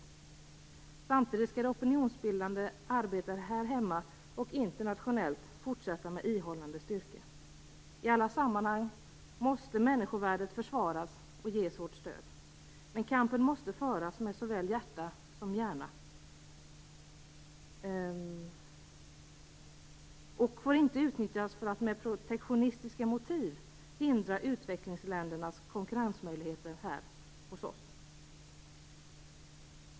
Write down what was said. Samtidigt skall det opinionsbildande arbetet här hemma och internationellt fortsätta med ihållande styrka. I alla sammanhang måste människovärdet försvaras och ges vårt stöd. Men kampen måste föras med såväl hjärta som hjärna och får inte utnyttjas för att med protektionistiska motiv hindra utvecklingsländernas konkurrensmöjligheter här hos oss.